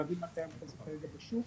להבין מה קיים כרגע בשוק,